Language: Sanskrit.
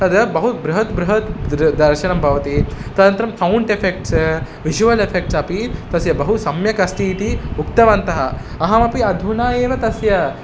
तद् बहु बृहत् बृहत् दृ दर्शनं भवति तदनन्तरं सौन्ट् एफ़ेक्ट्स् विज़ुवल् एफ़ेक्ट्स् अपि तस्य बहु सम्यक् अस्ति इति उक्तवन्तः अहमपि अधुना एव तस्य